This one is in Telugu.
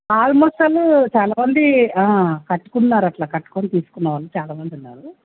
ఆల్మోస్ట్ వాళ్ళు చాలా మంది కట్టుకున్నారు అట్లా కట్టుకొని తీసుకున్నవాళ్ళు చాలా మంది ఉన్నారు